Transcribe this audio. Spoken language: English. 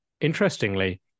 Interestingly